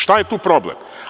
Šta je tu problem?